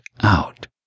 out